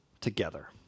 together